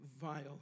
vile